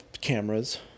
cameras